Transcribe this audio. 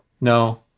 No